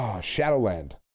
Shadowland